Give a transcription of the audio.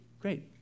Great